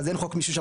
אז אין חוק מישוש.